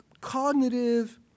cognitive